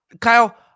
Kyle